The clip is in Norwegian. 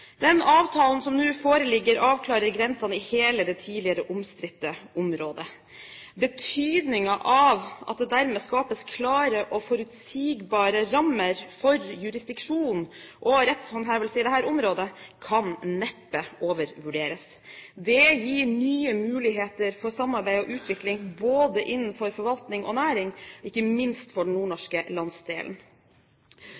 Den avtalen som nå foreligger, avklarer grensene i hele det tidligere omstridte området. Betydningen av at det dermed skapes klare og forutsigbare rammer for jurisdiksjon og rettshåndhevelse i dette området, kan neppe overvurderes. Det gir nye muligheter for samarbeid og utvikling både innenfor forvaltning og næring, og ikke minst for den